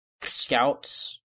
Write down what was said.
scouts